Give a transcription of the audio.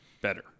better